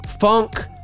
funk